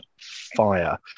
fire